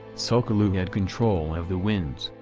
tsul'kalu' had control of the winds,